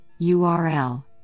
url